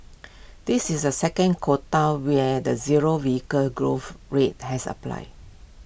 this is the second quota where the zero vehicle growth rate has applied